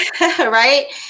right